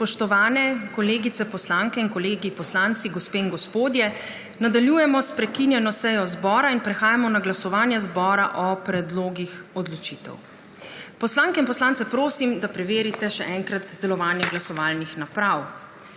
Spoštovane kolegice poslanke in kolegi poslanci, gospe in gospodje, nadaljujemo s prekinjeno sejo zbora. Prehajamo na glasovanje zbora o predlogih odločitev. Poslanke in poslance prosim, da preverite še enkrat delovanje glasovalnih naprav.